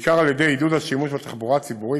בעיקר על ידי עידוד השימוש בתחבורה ציבורית